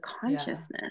consciousness